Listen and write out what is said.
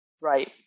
Right